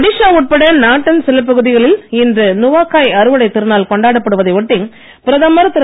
ஒடிஷா உட்பட நாட்டின் சில பகுதிகளில் இன்று நுவாகாய் அறுவடைத் திருநாள் கொண்டாடப்படுவதை ஒட்டி பிரதமர் திரு